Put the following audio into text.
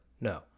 No